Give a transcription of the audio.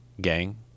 gang